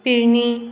Pirni